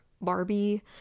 Barbie